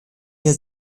hier